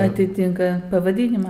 atitinka pavadinimą